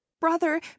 brother